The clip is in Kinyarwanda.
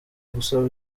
gusaba